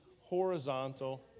Horizontal